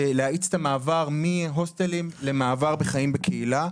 ולהאיץ את המעבר מהוסטלים למעבר לחיים בקהילה.